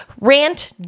Rant